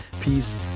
Peace